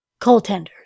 coaltenders